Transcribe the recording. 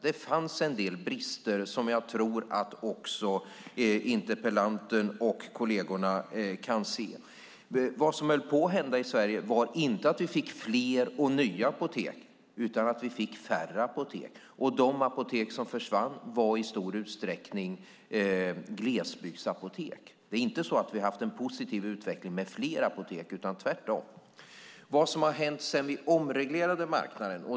Det fanns en del brister som jag tror att också interpellanten och kollegerna kan se. Vad som höll på att hända i Sverige var inte att vi fick fler nya apotek, utan vi fick färre apotek, och de apotek som försvann var i stor utsträckning glesbygdsapotek. Vi hade inte en positiv utveckling med fler apotek, utan det var tvärtom. Vad har då hänt sedan vi omreglerade marknaden?